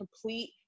complete